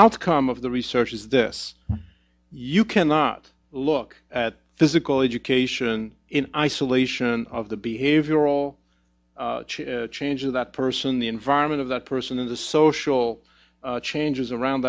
outcome of the research is this you cannot look at physical education in isolation of the behavioral change of that person the environment of that person in the social changes around